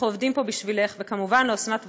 אנחנו עובדים פה בשבילךְ; וכמובן לאסנת ואתורי,